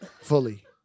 fully